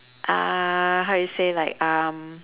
uh how you say like um